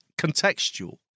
contextual